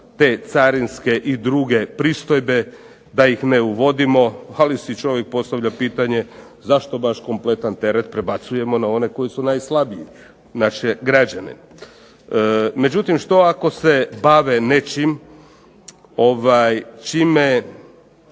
te carinske i druge pristojbe, da ih ne uvodimo, ali si čovjek postavlja pitanje zašto baš kompletan teret prebacujemo na one koji su najslabiji, naše građane. Međutim što ako se bave nečim čime